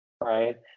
right